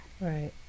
Right